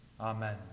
Amen